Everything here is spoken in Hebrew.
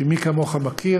כי מי כמוך מכיר